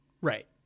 right